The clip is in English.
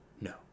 no